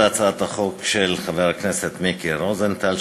זו הצעת החוק של חבר הכנסת מיקי רוזנטל,